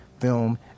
film